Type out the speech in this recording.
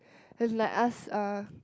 and like ask uh